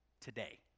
today